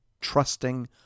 trusting